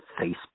Facebook